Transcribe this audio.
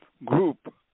Group